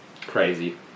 crazy